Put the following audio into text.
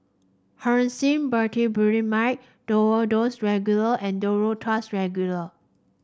Hyoscine Butylbromide Duro Tuss Regular and Duro Tuss Regular